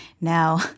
now